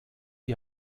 die